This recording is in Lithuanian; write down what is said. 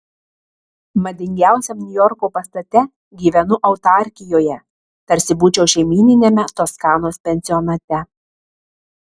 madingiausiam niujorko pastate gyvenu autarkijoje tarsi būčiau šeimyniniame toskanos pensionate